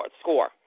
score